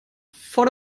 vor